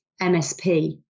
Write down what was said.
MSP